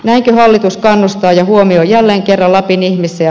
näinkö hallitus kannustaa ja huomioi jälleen kerran lapin ihmisiä